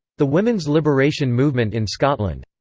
the women's liberation movement in scotland.